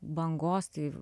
bangos tai